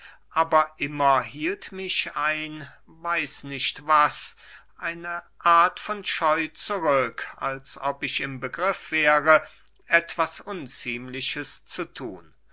aber immer hielt mich ein ich weiß nicht was eine art von scheu zurück als ob ich im begriff wäre etwas unziemliches zu thun